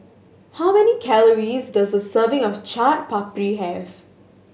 how many calories does a serving of Chaat Papri have